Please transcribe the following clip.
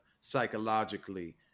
psychologically